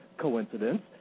Coincidence